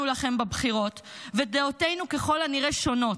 לכם בבחירות ודעותינו ככל הנראה שונות,